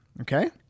okay